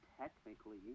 technically